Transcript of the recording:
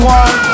one